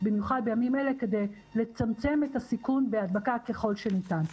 במיוחד בימים אלה כדי לצמצם את הסיכון בהדבקה ככל שניתן.